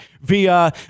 via